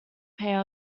pair